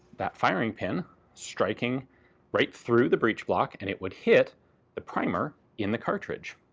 that firing pin striking right through the breech block and it would hit the primer in the cartridge.